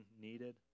needed